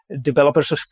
Developers